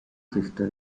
sister